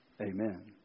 Amen